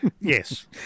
Yes